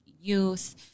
youth